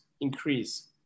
increase